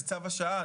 זה צו השעה,